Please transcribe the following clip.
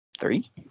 Three